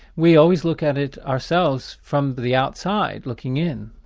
we always look at it ourselves from the outside, looking in,